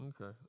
Okay